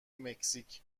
مکزیک